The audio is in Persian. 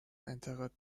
انتقاد